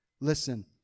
Listen